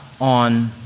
on